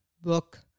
book